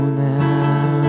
now